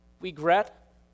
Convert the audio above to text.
regret